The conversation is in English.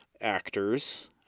Actors